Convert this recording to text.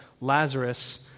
Lazarus